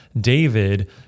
David